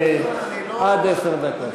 עד עשר דקות.